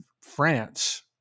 France